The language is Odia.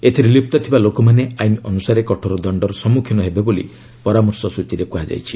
ଏଥିରେ ଲିପ୍ତ ଥିବା ଲୋକମାନେ ଆଇନ ଅନୁସାରେ କଠୋର ଦଣ୍ଡର ସମ୍ମୁଖୀନ ହେବେ ବୋଲି ପରାମର୍ଶସ୍ରଚୀରେ କୁହାଯାଇଛି